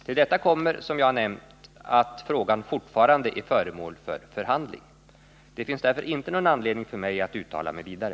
Till detta kommer, som jag har nämnt, att frågan fortfarande är föremål för förhandling. Det finns därför inte någon anledning för mig att uttala mig vidare.